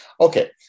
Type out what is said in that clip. Okay